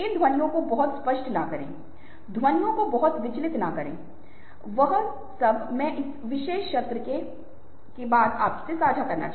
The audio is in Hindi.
या तो संसाधनों के बंटवारे के माध्यम से या लिनक्स पर प्रोग्रामिंग जैसे सहयोग के माध्यम से विभिन्न प्रकार की चीजें विकसित की जा रही हैं विभिन्न प्रकार के सॉफ्टवेयर विकसित किए जा रहे हैं